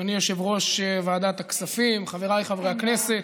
אדוני יושב-ראש ועדת הכספים, חבריי חברי הכנסת,